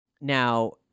Now